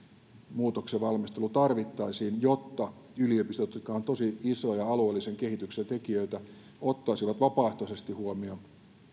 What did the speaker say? muutoksen valmistelu tarvittaisiin jotta yliopistot jotka ovat tosi isoja alueellisen kehityksen tekijöitä ottaisivat vapaaehtoisesti huomioon